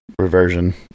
reversion